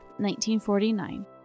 1949